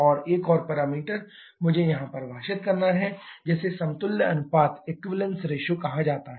और एक और पैरामीटर मुझे यहां परिभाषित करना है जिसे समतुल्य अनुपात कहा जाता है